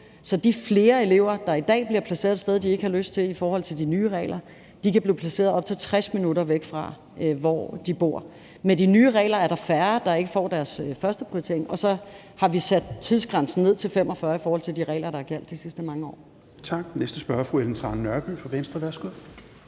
til de nye regler – der i dag bliver placeret et sted, de ikke har lyst til, kan blive placeret op til 60 minutter væk fra, hvor de bor. Med de nye regler er der færre, der ikke får deres førsteprioritet, og så har vi sat tidsgrænsen ned til 45 minutter i forhold til de regler, der har gjaldt de sidste mange år.